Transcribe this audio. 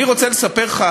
אני רוצה לספר לך,